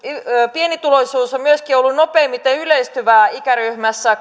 pienituloisuus on myöskin ollut nopeimmin yleistyvää ikäryhmässä